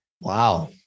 Wow